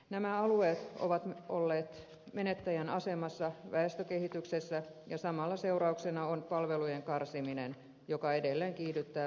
nämä alueet ovat olleet menettäjän asemassa väestökehityksessä ja samalla seurauksena on palvelujen karsiminen joka edelleen kiihdyttää väestökatoa